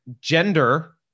gender